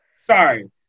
sorry